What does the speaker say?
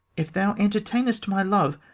if thou entertain'st my love,